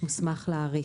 מוסמך להאריך.